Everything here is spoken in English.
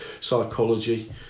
psychology